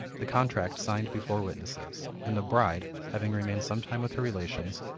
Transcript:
the contract signed before witnesses, and the bride, having remained sometime with her relations,